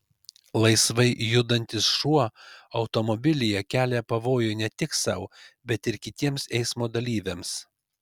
laisvai judantis šuo automobilyje kelia pavojų ne tik sau bet ir kitiems eismo dalyviams